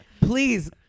please